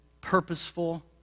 purposeful